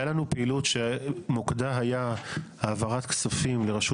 היה לנו פעילות שמוקדה היה העברת כספים לרשות